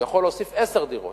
הוא יכול להוסיף עשר דירות,